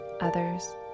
others